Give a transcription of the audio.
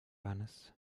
johannes